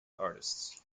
artists